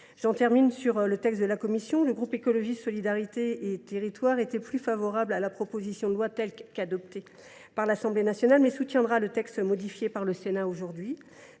J’en termine sur le texte de la commission. Le groupe Écologiste – Solidarité et Territoires était davantage favorable à la proposition de loi telle qu’elle a été adoptée par l’Assemblée nationale, mais il soutiendra le texte modifié par le Sénat aujourd’hui.